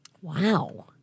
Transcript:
Wow